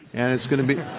and it's going to be